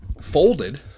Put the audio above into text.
folded